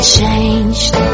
changed